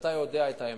שאתה יודע את האמת,